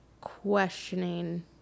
questioning